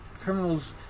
Criminals